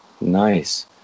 Nice